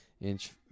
inch